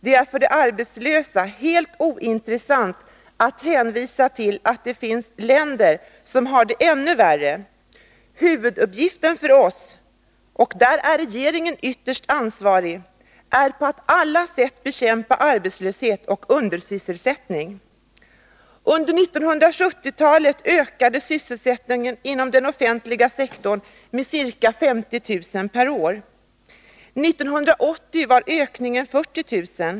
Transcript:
Det är för de arbetslösa helt ointressant att hänvisa till att det finns länder som har det ännu värre. Huvuduppgiften för oss — och där är regeringen ytterst ansvarig — är att på alla sätt bekämpa arbetslöshet och undersysselsättning. Under 1970-talet ökade sysselsättningen inom den offentliga sektorn med ca 50 000 personer per år. 1980 var ökningen 40 000.